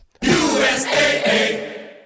USAA